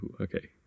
Okay